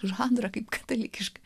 žanrą kaip katalikiška